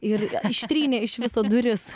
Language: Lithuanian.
ir ištrynė iš viso duris